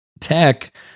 tech